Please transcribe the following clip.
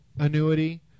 annuity